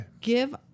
Give